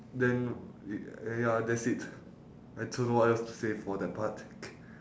then uh ya that's it I don't know what else to say for that part